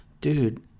dude